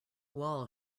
wall